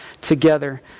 together